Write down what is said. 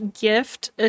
gift